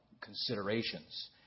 considerations